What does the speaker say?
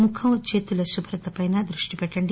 ముఖం చేతుల శుభ్రతపై దృష్టి పెట్టండి